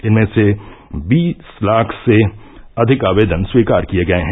इनमें से बीस लाख से अधिक आवेदन स्वीकार किये गये हैं